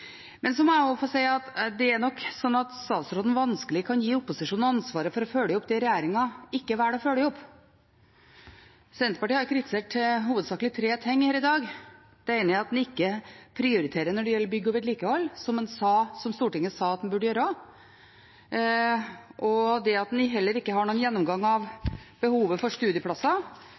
jeg må også si at statsråden vanskelig kan gi opposisjonen ansvaret for å følge opp det som regjeringen ikke velger å følge opp. Senterpartiet har kritisert hovedsakelig tre ting her i dag. Det ene er at en ikke prioriterer når det gjelder bygg og vedlikehold, som Stortinget sa at en burde gjøre. Det andre er at en ikke har en gjennomgang av behovet for studieplasser